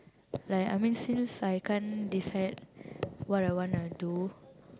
like I mean since I can't decide what I wanna do